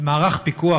מערך פיקוח,